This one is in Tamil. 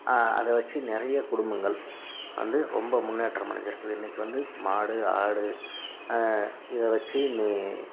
அதை வச்சு நிறைய குடும்பங்கள் வந்து ரொம்ப முன்னேற்றம் அடைஞ்சிருக்குது இன்றைக்கு வந்து மாடு ஆடு இதைவச்சு நீ